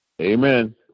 Amen